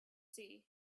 sea